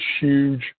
huge